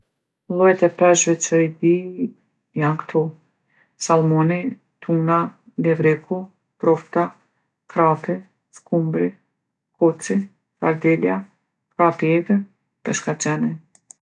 Llojet e peshqve që i di janë kto: sallmoni, tuna, levreku, trofta, krapi, skumbri, koci, sardelja, krapi i egër, peshkaqeni.